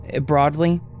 Broadly